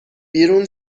بیرون